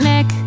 Nick